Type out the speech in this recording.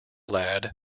lad